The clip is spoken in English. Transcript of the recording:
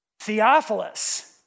Theophilus